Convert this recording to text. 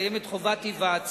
קיימת חובת היוועצות